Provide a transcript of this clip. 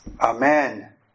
Amen